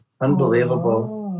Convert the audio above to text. Unbelievable